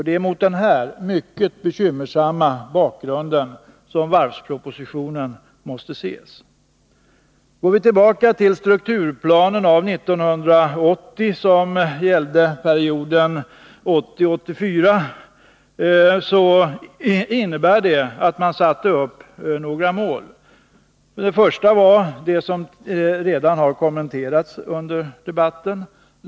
Det är mot den här mycket bekymmersamma bakgrunden som varvspropositionen måste ses. Strukturplanen av 1980 för Svenska Varv AB gällde perioden 1980-1984 och innebar att följande mål sattes upp. För det första lönsamhet 1985, vilket redan har kommenterats i debatten.